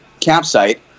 campsite